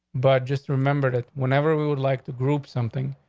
but just remember that whenever we would like to group something,